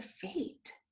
fate